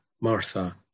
Martha